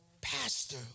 Pastor